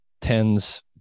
tens